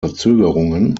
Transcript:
verzögerungen